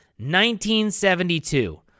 1972